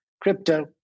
crypto